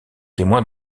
témoin